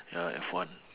ya F one